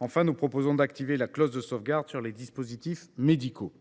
Nous proposons encore d’activer la clause de sauvegarde sur les dispositifs médicaux.